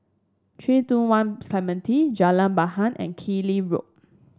Three two One Clementi Jalan Bahar and Keng Lee Road